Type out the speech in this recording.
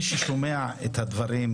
אני חושב שמי ששומע את הדברים,